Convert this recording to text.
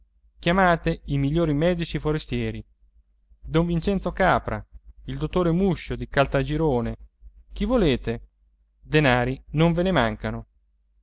chiamate i migliori medici forestieri don vincenzo capra il dottor muscio di caltagirone chi volete denari non ve ne mancano